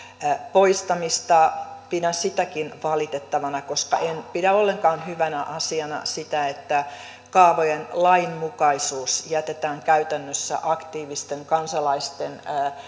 poistamista pidän sitäkin valitettavana koska en pidä ollenkaan hyvänä asiana sitä että kaavojen lainmukaisuus jätetään käytännössä aktiivisten kansalaisten